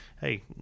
Hey